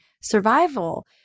survival